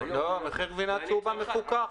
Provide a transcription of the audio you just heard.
מחיר גבינה צהובה מפוקח.